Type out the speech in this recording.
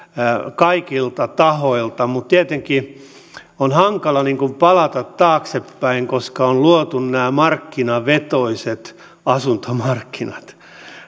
kaikilta tahoilta tietenkin on hankala palata taaksepäin koska on luotu nämä markkinavetoiset asuntomarkkinat